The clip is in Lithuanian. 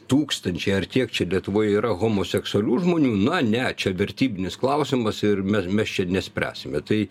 tūkstančiai ar tiek čia lietuvoj yra homoseksualių žmonių na ne čia vertybinis klausimas ir me mes čia nespręsime tai